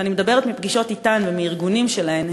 ואני מדברת מפגישות אתן ועם ארגונים שלהן,